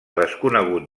desconegut